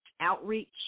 outreach